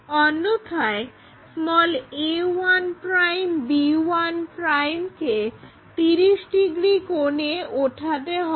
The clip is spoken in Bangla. অন্যথায় a1 b1 কে 30 ডিগ্রি কোনে ওঠাতে হবে